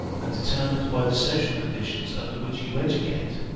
and determined by the social conditions under which you educate,